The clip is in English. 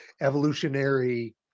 evolutionary